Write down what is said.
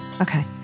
Okay